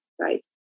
right